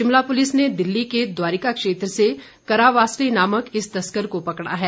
Shimla police ने दिल्ली के द्वारिका क्षेत्र से करा वासली नामक इस तस्कर को पकड़ा है